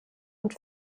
und